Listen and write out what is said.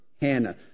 Hannah